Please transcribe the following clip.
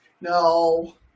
No